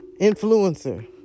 influencer